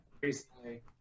recently